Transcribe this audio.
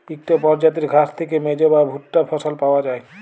ইকট পরজাতির ঘাঁস থ্যাইকে মেজ বা ভুট্টা ফসল পাউয়া যায়